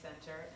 Center